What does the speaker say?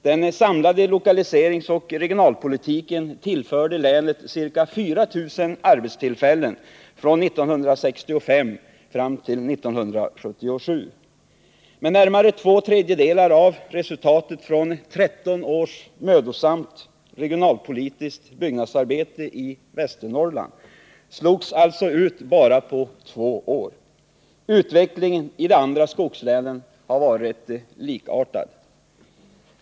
Den samlade lokaliseringsoch regionalpolitiken tillförde länet ca 4 000 arbetstillfällen från 1965 fram till 1977. Närmare två tredjedelar av resultatet från tretton års mödosamt regionalpolitiskt byggnadsarbete i Västernorrland slogs alltså ut på bara två år! Utvecklingen i de andra skogslänen har varit likartad.